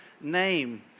name